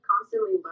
constantly